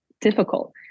difficult